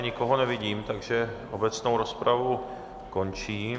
Nikoho nevidím, takže obecnou rozpravu končím